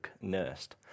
nursed